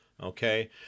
Okay